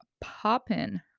popping